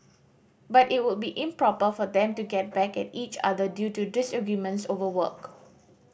but it would be improper for them to get back at each other due to disagreements over work